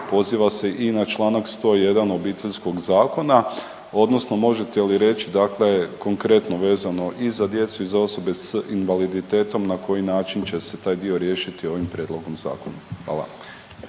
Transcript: poziva se i na čl. 101. Obiteljskog zakona odnosno možete li reći dakle konkretno vezano i za djecu i za osobe s invaliditetom na koji način će se taj dio riješiti ovim prijedlogom zakona? Hvala.